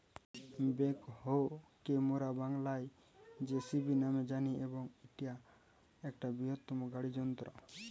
backhoe কে মোরা বাংলায় যেসিবি ন্যামে জানি এবং ইটা একটা বৃহত্তম গাড়ি যন্ত্র